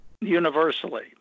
universally